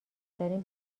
دارین